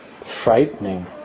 frightening